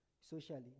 socially